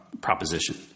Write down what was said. proposition